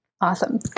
Awesome